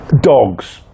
Dogs